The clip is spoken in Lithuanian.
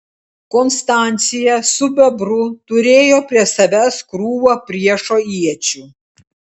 konstancija su bebru turėjo prie savęs krūvą priešo iečių